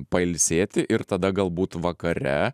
pailsėti ir tada galbūt vakare